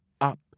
up